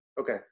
Okay